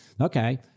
okay